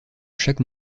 chaque